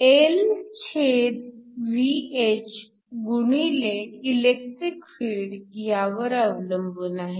Lhगुणिले electric field ह्यावर अवलंबून आहे